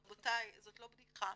רבותיי, זאת לא בדיחה.